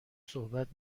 صحبت